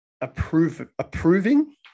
approving